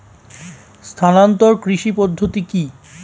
স্থানান্তর কৃষি পদ্ধতি কি?